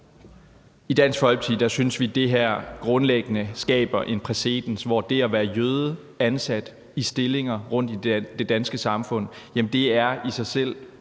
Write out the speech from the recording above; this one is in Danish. I Dansk Folkeparti synes vi, det her grundlæggende skaber en præcedens, hvor det at være jøde ansat i stillinger rundt i det danske samfund i sig selv